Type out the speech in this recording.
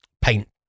paint